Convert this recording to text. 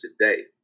today